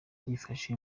byifashe